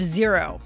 zero